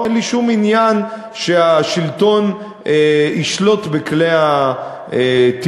אין לי שום עניין שהשלטון ישלוט בכלי התקשורת.